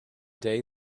day